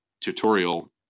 tutorial